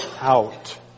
out